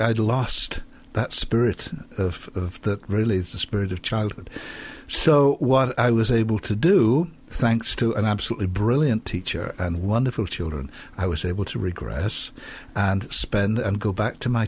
just lost that spirit of the really the spirit of childhood so what i was able to do thanks to an absolutely brilliant teacher and wonderful children i was able to regress and spend and go back to my